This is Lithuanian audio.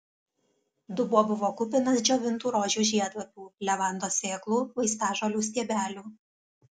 dubuo buvo kupinas džiovintų rožių žiedlapių levandos sėklų vaistažolių stiebelių